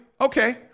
Okay